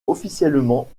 officiellement